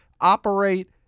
operate